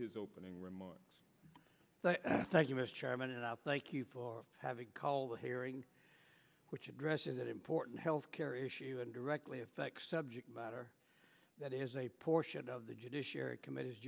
his opening remarks so i thank you mr chairman and i thank you for having called a hearing which addressing that important health care issue and directly affect subject matter that is a portion of the judiciary committe